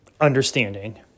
understanding